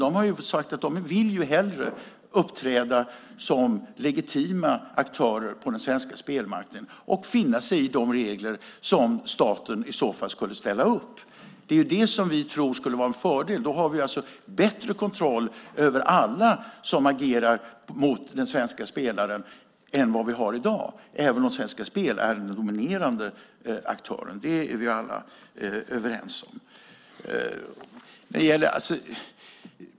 De har sagt att de hellre vill uppträda som legitima aktörer på den svenska spelmarknaden och finna sig i de regler som staten i så fall skulle ställa upp. Detta tror vi skulle vara en fördel, för då har vi en bättre kontroll över alla som agerar mot den svenska spelaren än vi har i dag, fast Svenska Spel är den dominerande aktören. Det är vi alla överens om.